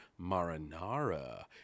marinara